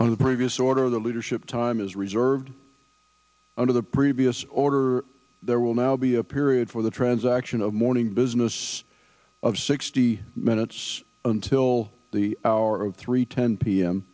of the previous order the leadership time is reserved under the previous order there will now be a period for the transaction of morning business of sixty minutes until the hour of three ten p